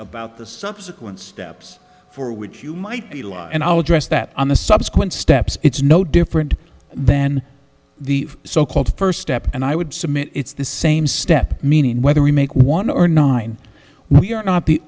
about the subsequent steps for which you might be live and i'll address that on the subsequent steps it's no different than the so called first step and i would submit it's the same step meaning whether we make one or nine we are not the